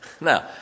Now